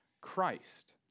Christ